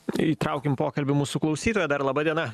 įtraukim į pokalbį mūsų klausytoją dar laba diena